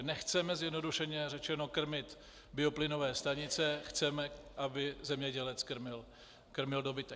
Nechceme, zjednodušeně řečeno, krmit bioplynové stanice, chceme, aby zemědělec krmil dobytek.